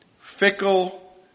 fickle